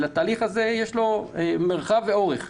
לתהליך הזה יש מרחב ואורך,